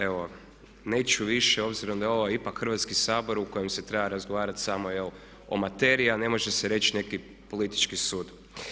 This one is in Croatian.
Evo neću više, obzirom da je ovo ipak Hrvatski sabor u kojem se treba razgovarati samo jel o materiji a ne može se reći neki politički sud.